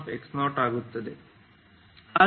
c2xfx1cx0xgsdsc2x0 c1